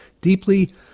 deeply